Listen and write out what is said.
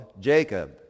Jacob